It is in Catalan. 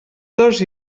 tords